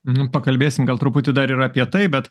nu pakalbėsim gal truputį dar ir apie tai bet